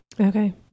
Okay